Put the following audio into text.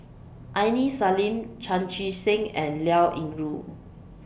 Aini Salim Chan Chee Seng and Liao Yingru